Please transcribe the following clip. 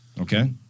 Okay